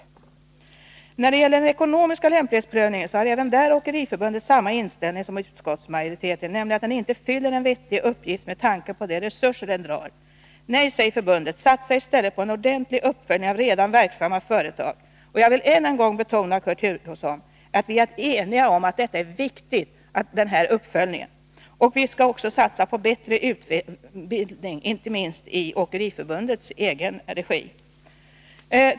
Även när det gäller den ekonomiska lämplighetsprövningen har Åkeriförbundet samma inställning som utskottsmajoriteten, nämligen att den inte fyller någon väsentlig uppgift med tanke på de resurser den kräver. Nej, säger förbundet, satsa i stället på en ordentlig uppföljning av redan verksamma företag! Jag vill än en gång betona, Kurt Hugosson, att vi har varit eniga om att det är viktigt med den här uppföljningen. Vi skall också satsa på bättre utbildning, inte minst i Åkeriförbundets egen regi.